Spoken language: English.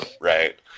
Right